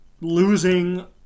losing